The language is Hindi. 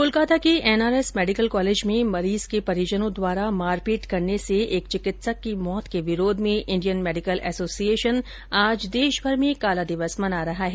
कोलकाता के एनआरएस मेडिकल कॉलेज में मरीज के परिजनों द्वारा मारपीट करने से एक चिकित्सक की मौत के विरोध में इंडियन मेडिकल एसोसिएशन आज देश भर में काला दिवस मना रहा है